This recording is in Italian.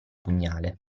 pugnale